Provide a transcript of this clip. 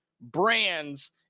brands